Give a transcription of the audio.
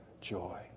joy